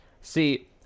see